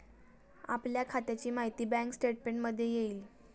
आपल्या खात्याची माहिती बँक स्टेटमेंटमध्ये येईल